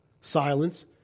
silence